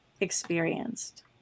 experienced